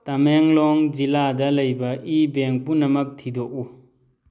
ꯇꯃꯦꯡꯂꯣꯡ ꯖꯤꯂꯥꯗ ꯂꯩꯕ ꯏ ꯕꯦꯡ ꯄꯨꯝꯅꯃꯛ ꯊꯤꯗꯣꯛꯎ